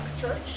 Church